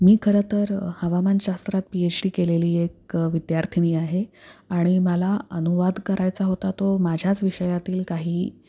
मी खरं तर हवामानशास्त्रात पीएच डी केलेली एक विद्यार्थिनी आहे आणि मला अनुवाद करायचा होता तो माझ्याच विषयातील काही